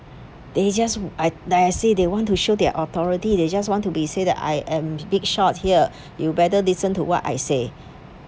they just I like I said they wanted to show their authority they just wanted to be say that I am big shot here you better listen to what I say